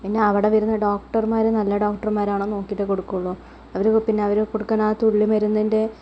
പിന്നെ അവിടെ വരുന്ന ഡോക്ടർമാർ നല്ല ഡോക്ടർമാരാണോയെന്ന് നോക്കിയിട്ടെ കൊടുക്കുകയുള്ളൂ അവർ പിന്നെ അവർ കൊടുക്കുന്ന ആ തുള്ളി മരുന്നിൻ്റെ